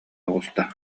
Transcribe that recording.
оҕуста